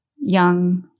young